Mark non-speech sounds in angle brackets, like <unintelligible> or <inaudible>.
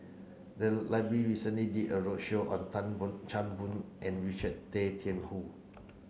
the <unintelligible> library recently did a roadshow on Tan Boon Chan Boon and Richard Tay Tian Hoe